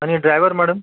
आणि driver madam